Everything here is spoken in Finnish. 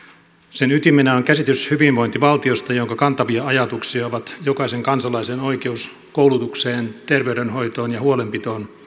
sen ytimenä on käsitys hyvinvointivaltiosta jonka kantavia ajatuksia ovat jokaisen kansalaisen oikeus koulutukseen terveydenhoitoon ja huolenpitoon